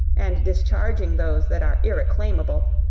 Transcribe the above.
and discharging those that are irreclaimable,